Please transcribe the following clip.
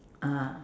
ah